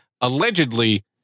allegedly